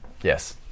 yes